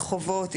רחובות,